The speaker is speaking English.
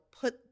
put